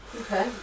Okay